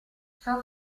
ciò